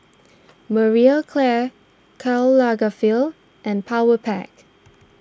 Marie Claire Karl Lagerfeld and Powerpac